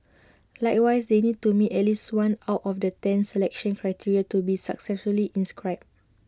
likewise they need to meet at least one out of the ten selection criteria to be successfully inscribed